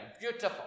Beautiful